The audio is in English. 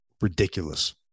ridiculous